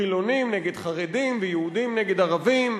חילונים נגד חרדים ויהודים נגד ערבים,